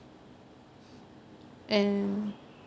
and